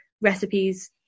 recipes